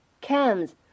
Cam's